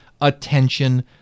attention